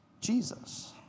Jesus